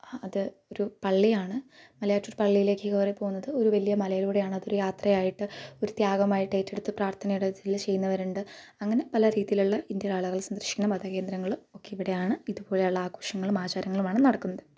അത് ഒരു പള്ളിയാണ് മലയാറ്റൂർ പള്ളിയിലേക്ക് കയറി പോകുന്നത് ഒരു വലിയ മലയിലൂടെയാണതൊരു യാത്രയായിട്ട് ഒരു ത്യാഗമായിട്ടേറ്റെടുത്ത് പ്രാർഥനയോടെ അതില് ചെയ്യുന്നവരുണ്ട് അങ്ങനെ പല രീതീയിൽ ഉള്ള ഇന്ത്യയിലുള്ള ആളുകൾ സന്ദർശിക്കുന്ന മതകേന്ദ്രങ്ങളും ഒക്കെ ഇവിടെയാണ് ഇതുപോലെയുള്ള ആഘോഷങ്ങളും ആചാരങ്ങളുമാണ് നടക്കുന്നത്